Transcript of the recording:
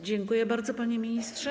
Dziękuję bardzo, panie ministrze.